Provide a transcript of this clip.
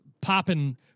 popping